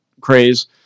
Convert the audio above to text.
craze